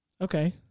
Okay